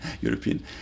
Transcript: European